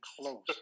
close